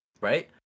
right